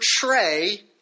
portray